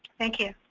thank you.